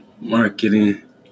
marketing